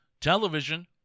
television